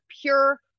pure